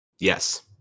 Yes